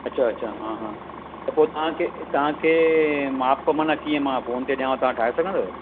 अच्छा अच्छा हां हां त पोइ तव्हां खे तव्हां खे माप मन कीअं मां फ़ोन ते ॾियांव तव्हां ठाही सघंदो